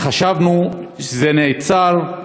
וחשבנו שזה נעצר,